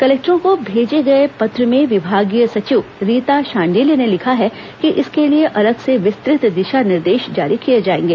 कलेक्टरों को भेजे गए पत्र में विभागीय सचिव रीता शांडिल्य ने लिखा है कि इसके लिए अलग से विस्तृत दिशा निर्देश जारी किए जाएंगे